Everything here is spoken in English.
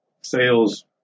sales